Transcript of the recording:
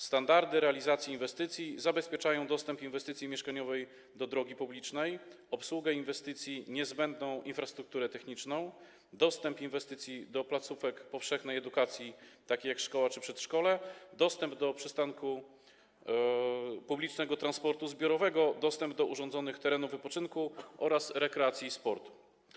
Standardy realizacji inwestycji zabezpieczają dostęp inwestycji mieszkaniowej do drogi publicznej, obsługę inwestycji niezbędną infrastrukturą techniczną, dostęp inwestycji do placówek powszechnej edukacji, takich jak szkoła czy przedszkole, dostęp do przystanku publicznego transportu zbiorowego, dostęp do urządzonych terenów wypoczynku oraz rekreacji i sportu.